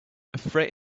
afraid